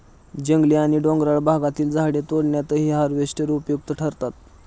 जंगली आणि डोंगराळ भागातील झाडे तोडण्यातही हार्वेस्टर उपयुक्त ठरतात